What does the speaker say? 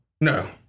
no